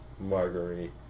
Marguerite